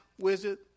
wizard